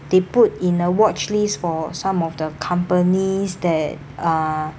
they put in a watch list for some of the companies that are